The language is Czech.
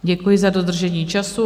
Děkuji za dodržení času.